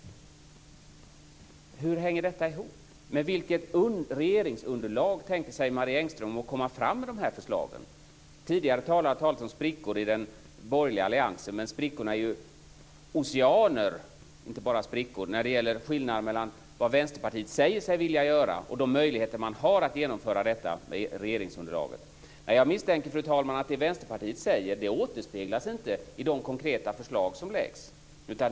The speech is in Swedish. Hur hänger detta ihop? Med vilket regeringsunderlag tänker sig Marie Engström att komma fram med de förslagen? Tidigare har det talats om sprickor i den borgerliga alliansen. Men det är oceaner och inte bara sprickor mellan det Vänsterpartiet säger sig vilja göra och de möjligheter det har att genomföra detta i regeringsunderlaget. Fru talman! Jag misstänker att det Vänsterpartiet säger inte återspeglas i det de konkreta förslag som läggs fram.